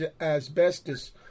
asbestos